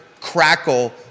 crackle